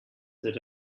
that